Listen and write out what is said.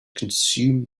consume